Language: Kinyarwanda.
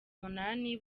umunani